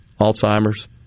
Alzheimer's